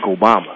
Obama